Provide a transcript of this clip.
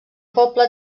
poble